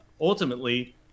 ultimately